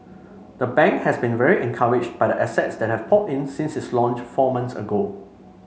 the bank has been very encouraged by the assets that have poured in since its launch four months ago